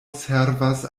servas